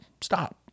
stop